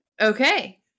Okay